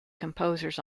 composers